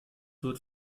wird